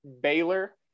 Baylor